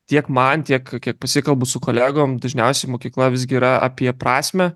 tiek man tiek kiek pasikalbu su kolegom dažniausiai mokykla visgi yra apie prasmę